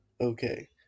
Okay